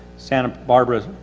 santa barbara,